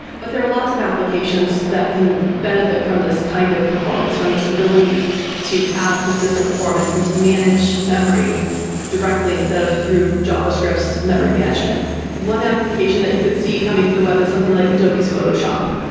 but there are lots of applications that can benefit from this kind of performance, from this ability to have consistent performance and to manage memory directly instead of through java scripts memory management one application that you could see coming to web is something like adobe's photoshop.